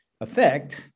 effect